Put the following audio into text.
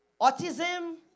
autism